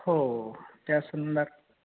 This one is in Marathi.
हो त्या सुंदा